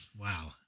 Wow